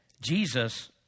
Jesus